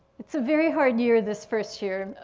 it's a very hard year, this first year.